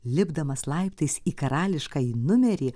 lipdamas laiptais į karališkąjį numerį